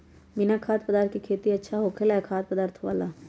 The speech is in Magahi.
बिना खाद्य पदार्थ के खेती अच्छा होखेला या खाद्य पदार्थ वाला?